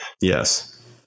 Yes